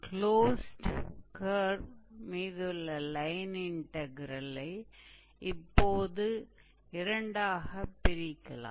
closed கர்வின் மீதுள்ள line இன்டக்ரெல்லை இப்போது இரண்டாக பிரிக்கலாம்